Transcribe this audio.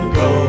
go